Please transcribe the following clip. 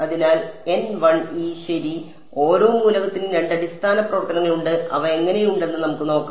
അതിനാൽ ശരി ഓരോ മൂലകത്തിനും രണ്ട് അടിസ്ഥാന പ്രവർത്തനങ്ങൾ ഉണ്ട് അവ എങ്ങനെയുണ്ടെന്ന് നമുക്ക് നോക്കാം